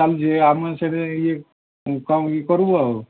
ଚାଲିଛି ଆମେ ସେଠି ଇଏ କାମ ଇଏ କରିବୁ ଆଉ